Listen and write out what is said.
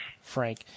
Frank